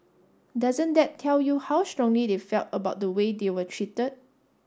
doesn't that tell you how strongly they felt about the way they were treated